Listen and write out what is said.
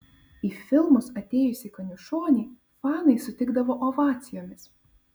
į filmus atėjusį kaniušonį fanai sutikdavo ovacijomis